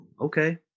okay